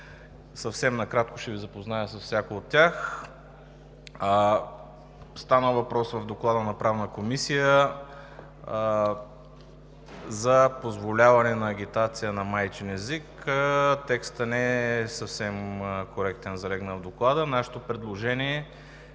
Накратко ще ви запозная с всяко от тях. Стана въпрос в Доклада на Правната комисия за позволяване на агитация на майчин език. Текстът не е съвсем коректно залегнал в Доклада. Нашето предложение е